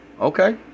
Okay